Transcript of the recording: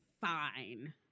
fine